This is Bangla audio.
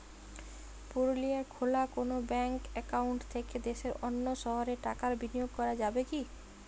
পুরুলিয়ায় খোলা কোনো ব্যাঙ্ক অ্যাকাউন্ট থেকে দেশের অন্য শহরে টাকার বিনিময় করা যাবে কি?